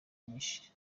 nyinshi